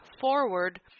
forward